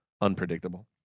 unpredictable